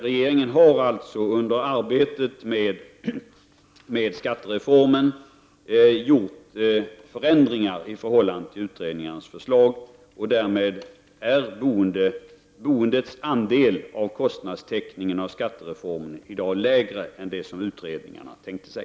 Regeringen har under arbetet med skattereformen gjort förändringar i förhållande till utredningarnas förslag, och därmed är boendets andel av kostnadstäckningen av skattereformen i dag lägre än vad utredningarna tänkte sig.